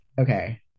Okay